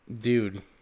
Dude